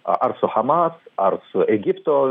ar su hamas ar su egipto